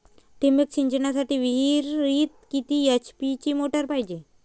ठिबक सिंचनासाठी विहिरीत किती एच.पी ची मोटार पायजे?